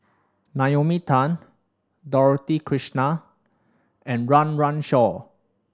Naomi Tan Dorothy Krishnan and Run Run Shaw